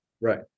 Right